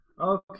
Okay